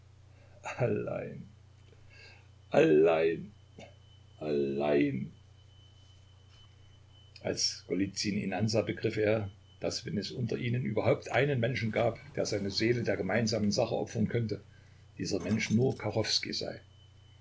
allein allein als golizyn ihn ansah begriff er daß wenn es unter ihnen überhaupt einen menschen gab der seine seele der gemeinsamen sache opfern könnte dieser mensch nur kachowskij sei